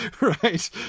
Right